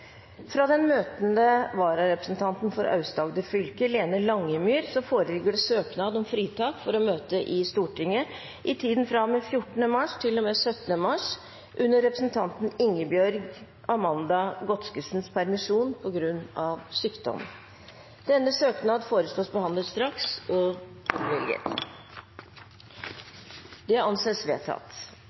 Fra den møtende vararepresentanten for Aust-Agder fylke, Lene Langemyr, foreligger søknad om fritak for å møte i Stortinget i tiden fra og med 14. mars til og med 17. mars under representanten Ingebjørg Amanda Godskesens permisjon, på grunn av sykdom. Etter forslag fra presidenten ble enstemmig besluttet: Søknaden behandles straks og